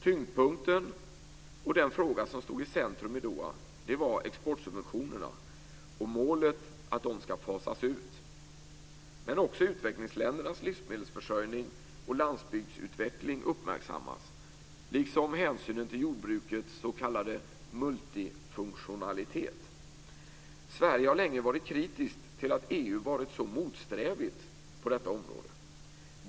Tyngdpunkten, och den fråga som stod i centrum i Doha, var exportsubventionerna och målet att de ska fasas ut. Men också utvecklingsländernas livsmedelsförsörjning och landsbygdsutveckling uppmärksammas, liksom hänsynen till jordbrukets s.k. multifunktionalitet. Sverige har länge varit kritiskt till att EU har varit så motsträvigt på detta område.